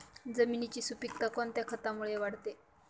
जमिनीची सुपिकता कोणत्या खतामुळे वाढते?